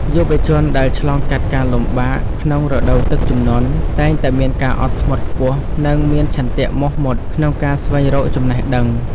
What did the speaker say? យុវជនដែលឆ្លងកាត់ការលំបាកក្នុងរដូវទឹកជំនន់ តែងតែមានការអត់ធ្មត់ខ្ពស់ និង មានឆន្ទៈមោះមុតក្នុងការស្វែងរកចំណេះដឹង។